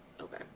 Okay